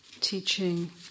teaching